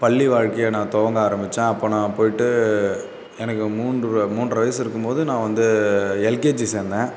பள்ளி வாழ்க்கையை நான் துவங்க ஆரம்பித்தேன் அப்போ நான் போயிட்டு எனக்கு மூன்று மூன்றரை வயது இருக்கும்போது நான் வந்து எல்கேஜி சேர்ந்தேன்